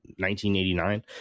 1989